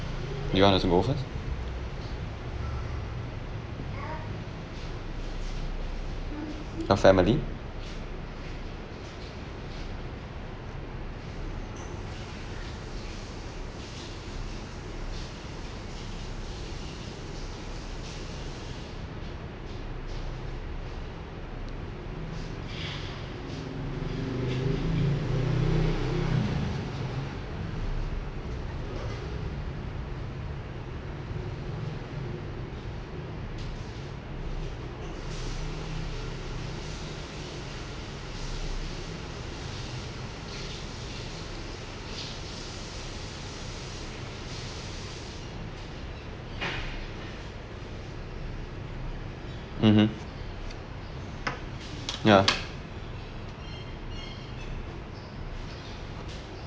you want us to go first your family mmhmm ya